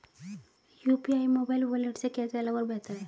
UPI mobile wallet से कैसे अलग और बेहतर है?